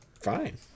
Fine